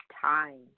time